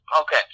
Okay